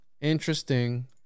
Interesting